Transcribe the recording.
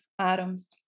Atoms